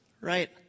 right